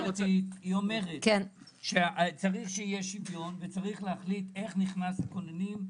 היא אומרת שצריך שיהיה שוויון וצריך להחליט איך נכנסים הכוננים.